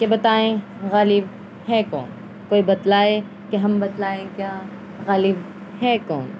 کہ بتائیں غالب ہیں کون کوئی بتلائے کہ ہم بتلائیں کیا غالب ہے کون